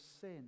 sin